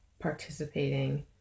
Participating